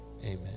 Amen